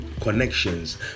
connections